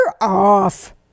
off